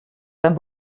beim